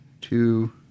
two